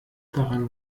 daran